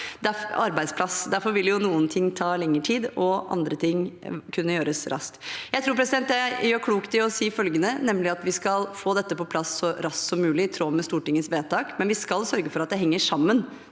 Derfor vil noen ting ta lengre tid og andre ting kunne gjøres raskt. Jeg tror jeg gjør klokt i å si følgende: Vi skal få dette på plass så raskt som mulig, i tråd med Stortingets vedtak, men vi skal sørge for at det henger sammen